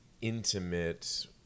intimate